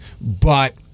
but-